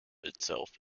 itself